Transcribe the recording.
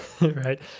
right